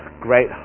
great